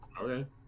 Okay